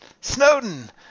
Snowden